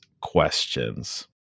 questions